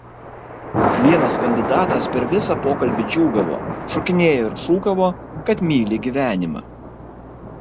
vienas kandidatas per visą pokalbį džiūgavo šokinėjo ir šūkavo kad myli gyvenimą